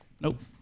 Nope